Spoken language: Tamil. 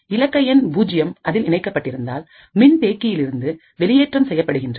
இலக்க எண் 0 அதில் இணைக்கப்பட்டிருந்தால் மின்தேக்கியிலிருந்து வெளியேற்றம் செயற்படுகின்றது